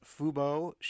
Fubo